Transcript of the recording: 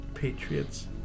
Patriots